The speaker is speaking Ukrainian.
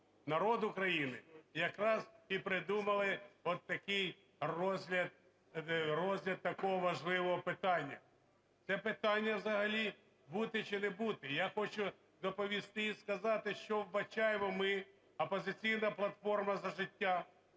народ України, якраз і придумали от такий розгляд, розгляд такого важливого питання. Це питання взагалі: бути чи не бути. Я хочу доповісти і сказати, що вбачаємо ми, "Опозиційна платформа – За життя",